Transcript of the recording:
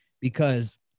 because-